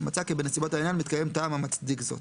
מצאה כי בנסיבות העניין מתקיים טעם המצדיק זאת,